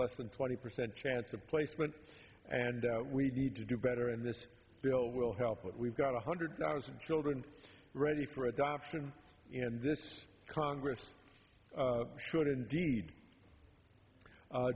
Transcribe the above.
less than twenty percent chance of placement and we need to do better in this bill will help but we've got one hundred thousand children ready for adoption in this congress